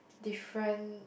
different